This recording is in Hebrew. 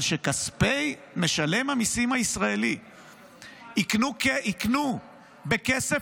אבל שכספי משלם המיסים הישראלי יקנו בכסף